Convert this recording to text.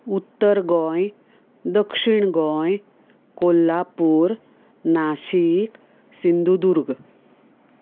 उत्तर गोंय दक्षीण गोंय कोल्हापूर नाशिक सिंधुदूर्ग